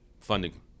funding –